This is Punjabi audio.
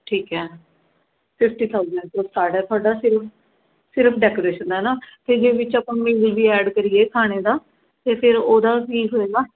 ਠੀਕ ਹੈ ਫਿਫਟੀ ਥਾਊਸੈਂਡ ਤੋਂ ਸਟਾਰਟ ਹੈ ਤੁਹਾਡਾ ਸਿਰਫ ਸਿਰਫ ਡੈਕੋਰੇਸ਼ਨ ਦਾ ਹੈ ਨਾ ਅਤੇ ਜੇ ਵਿੱਚ ਆਪਾਂ ਮਿਨੀਊਸ ਵੀ ਐਡ ਕਰੀਏ ਖਾਣੇ ਦਾ ਅਤੇ ਫਿਰ ਉਹਦਾ ਕੀ ਹੋਏਗਾ